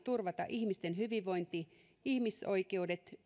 turvata ihmisten hyvinvointi ihmisoikeudet